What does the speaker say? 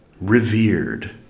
revered